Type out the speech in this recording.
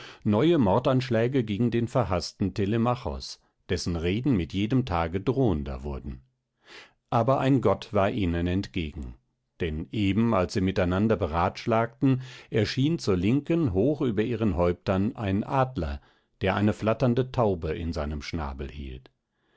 neue mordanschläge gegen den verhaßten telemachos dessen reden mit jedem tage drohender wurden aber ein gott war ihnen entgegen denn eben als sie miteinander beratschlagten erschien zur linken hoch über ihren häuptern ein adler der eine flatternde taube in seinem schnabel hielt